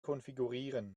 konfigurieren